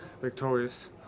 victorious